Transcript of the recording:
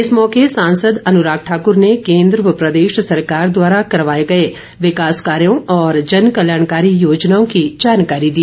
इस मौके सांसद अनुराग ठाकुर ने केन्द्र व प्रदेश सरकार द्वारा करवाए गए विकास कार्यों और जन कल्याणकारी योजनाओं की जानकारी दी